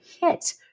hit